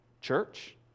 church